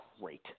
great